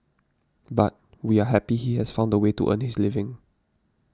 but we are happy he has found a way to earn his living